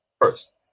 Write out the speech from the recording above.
first